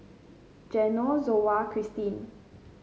Geno Zoa Christene